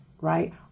right